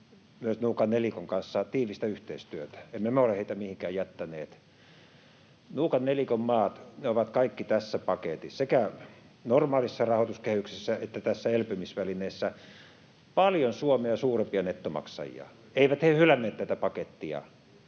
myös nuukan nelikon kanssa. Emme me ole heitä mihinkään jättäneet. Nuukan nelikon maat ovat kaikki tässä paketissa, sekä normaalissa rahoituskehityksessä että tässä elpymisvälineessä, paljon Suomea suurempia nettomaksajia. Eivät he höllänneet tätä pakettia,